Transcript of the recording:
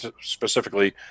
specifically